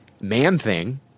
Man-Thing